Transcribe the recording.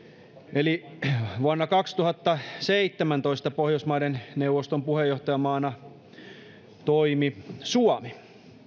eli vuonna kaksituhattaseitsemäntoista pohjoismaiden neuvoston puheenjohtajamaana toimi suomi